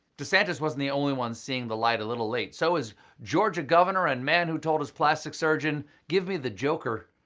desantis isn't the only one seeing the light a little late. so is georgia governor and man who told his plastic surgeon give me the joker,